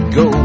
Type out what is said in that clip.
go